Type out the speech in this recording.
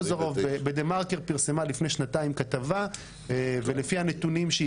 בדה-מרקר לפני שנתיים כתבה ולפי הנתונים שהיא